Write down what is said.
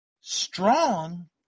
Strong